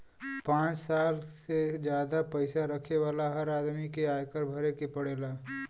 पांच लाख से जादा पईसा रखे वाला हर आदमी के आयकर भरे के पड़ेला